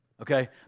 okay